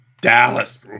Dallas